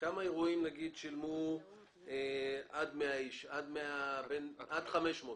כמה שילמו באירועים עד 500 איש?